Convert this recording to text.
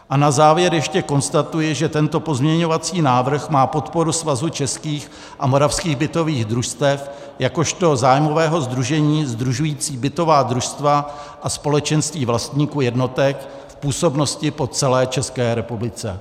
A na závěr ještě konstatuji, že tento pozměňovací návrh má podporu Svazu českých a moravských bytových družstev jakožto zájmového sdružení sdružujícího bytová družstva a společenství vlastníků jednotek v působnosti po celé České republice.